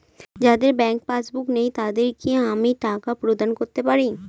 যাদের bank passbook নেই তাদের কি আমি টাকা প্রদান করতে পারি?